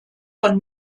von